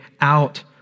out